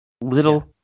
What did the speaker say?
Little